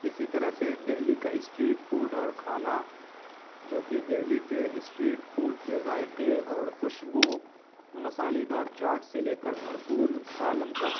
اسی طرح سے دہلی کا اسٹریٹ فوڈ اور کھانا جوکہ دہلی کے اسٹریٹ فوڈ کے ذائقے اور خوشبو مصالحےدار چاٹ سے لے کر بھرپور سالن تک